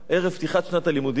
ערב פתיחת שנת הלימודים,